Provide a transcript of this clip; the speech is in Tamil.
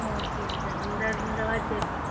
ஆ ஓகேங்க சார் இந்த இந்த வாட்ச் எடுக்கிறேன்